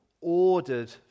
ordered